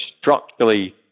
structurally